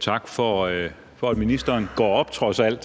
Tak for, at ministeren trods alt går op på talerstolen.